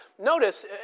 Notice